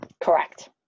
Correct